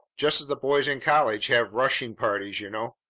just as the boys in college have rushing-parties, you know.